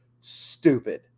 stupid